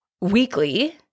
weekly